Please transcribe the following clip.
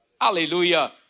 Hallelujah